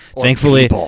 Thankfully